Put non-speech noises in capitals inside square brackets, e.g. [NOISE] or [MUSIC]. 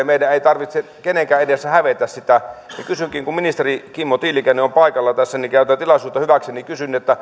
[UNINTELLIGIBLE] meidän ei tarvitse kenenkään edessä hävetä sitä kun ministeri kimmo tiilikainen on paikalla tässä niin käytän tilaisuutta hyväkseni ja kysyn